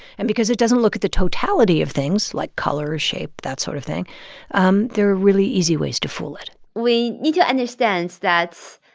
and because it doesn't look at the totality of things like color, shape, that sort of thing um there are really easy ways to fool it we need to understand that,